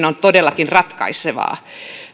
on todellakin ratkaisevaa